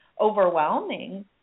overwhelming